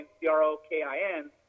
C-R-O-K-I-N